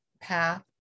path